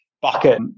bucket